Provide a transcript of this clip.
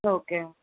okay